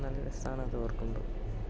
നല്ല രസമാണ് അതോർക്കുമ്പോൾ